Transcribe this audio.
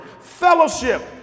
fellowship